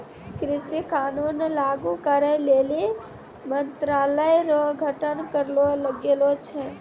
कृषि कानून लागू करै लेली मंत्रालय रो गठन करलो गेलो छै